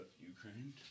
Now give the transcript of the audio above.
Ukraine